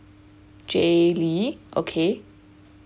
jaylee okay